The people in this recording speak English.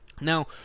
Now